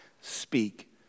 speak